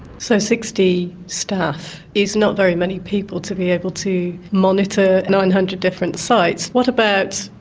so sixty staff is not very many people to be able to monitor nine hundred different sites. what about,